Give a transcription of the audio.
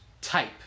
type